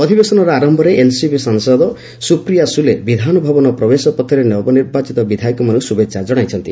ଅଧିବେଶନ ଆରମ୍ଭରେ ଏନ୍ସିପି ସାଂସଦ ସୁପ୍ରିୟା ସୁଲେ ବିଧାନ ଭବନ ପ୍ରବେଶ ପଥରେ ନବନିର୍ବାଚିତ ବିଧାୟକମାନଙ୍କୁ ଶୁଭେଚ୍ଛା କଣାଇଛନ୍ତି